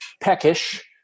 peckish